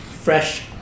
fresh